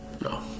No